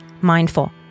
mindful